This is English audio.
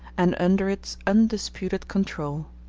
and under its undisputed control.